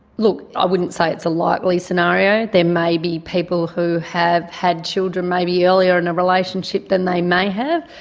look, i wouldn't say it's a likely scenario. there may be people who have had children maybe earlier in a relationship than they may have,